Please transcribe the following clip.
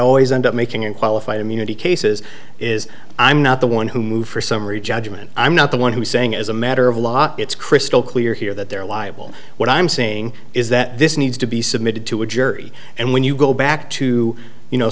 always end up making in qualified immunity cases is i'm not the one who moved for summary judgment i'm not the one who is saying as a matter of law it's crystal clear here that they're liable what i'm saying is that this needs to be submitted to a jury and when you go back to you know